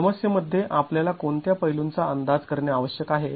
समस्ये मध्ये आपल्याला कोणत्या पैलुंचा अंदाज करणे आवश्यक आहे